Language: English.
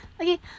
Okay